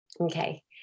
Okay